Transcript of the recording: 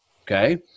okay